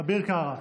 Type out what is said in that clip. אביר קארה.